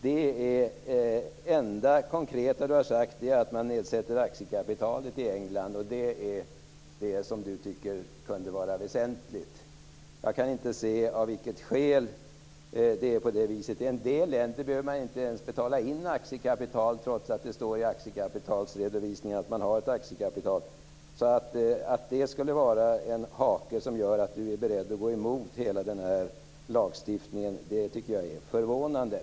Det enda konkreta Rolf Åbjörnsson har sagt är att man nedsätter aktiekapitalet i England och det är det han tycker kunde vara väsentligt. Jag kan inte se av vilket skäl det är på det viset. I en del länder behöver man inte ens betala in något aktiekapital, trots att det står i aktiekapitalsredovisningen att man har ett aktiekapital. Att det skulle vara en hake som innebär att Rolf Åbjörnsson är beredd att gå emot hela denna lagstiftning tycker jag är förvånande.